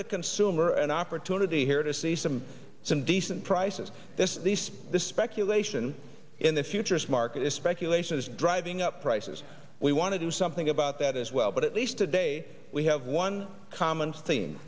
the consumer an opportunity here to see some some decent prices this is these this speculation in the futures market is speculation is driving up prices we want to do something about that as well but at least today we have one comm